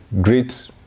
great